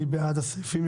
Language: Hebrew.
מי בעד הסעיפים?